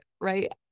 right